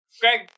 Greg